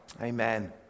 Amen